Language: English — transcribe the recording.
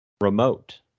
remote